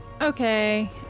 Okay